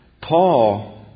Paul